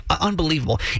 unbelievable